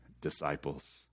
disciples